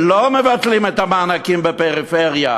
ולא מבטלים את המענקים בפריפריה,